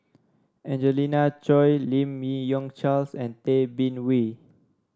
Angelina Choy Lim Yi Yong Charles and Tay Bin Wee